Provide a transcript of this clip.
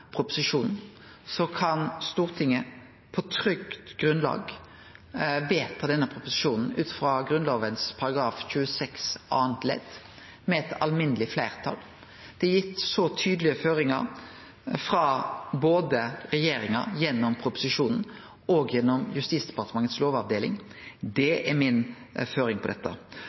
proposisjonen, kan Stortinget på trygt grunnlag vedta denne proposisjonen ut frå Grunnlova § 26 andre ledd, med alminneleg fleirtal. Det er gitt så tydelege føringar frå både regjeringa gjennom proposisjonen og Justisdepartementets lovavdeling. Det er mi føring for dette.